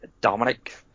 Dominic